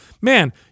man